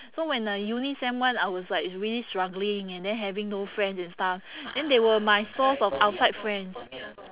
so when uh uni sem one I was like really struggling and then having no friends and stuff then they were my source of outside friends